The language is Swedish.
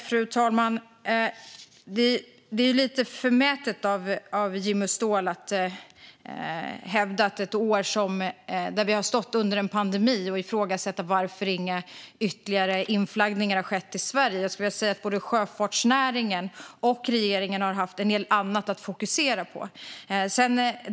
Fru talman! Det är lite förmätet av Jimmy Ståhl att ifrågasätta varför inga ytterligare inflaggningar har skett i Sverige under ett år då vi har stått under en pandemi. Både sjöfartsnäringen och regeringen har haft en del annat att fokusera på.